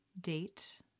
date